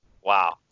Wow